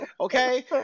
okay